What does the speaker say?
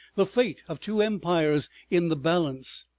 the fate of two empires in the balance.